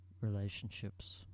relationships